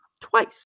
twice